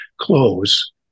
close